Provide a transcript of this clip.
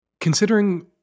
Considering